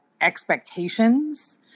expectations